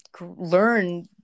learn